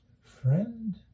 friend